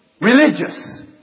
religious